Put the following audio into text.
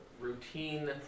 routine